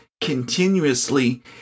continuously